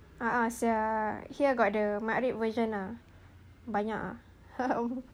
a'ah [sial] here got the matrep version lah banyak ah